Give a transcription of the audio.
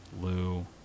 Lou